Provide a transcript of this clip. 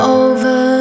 over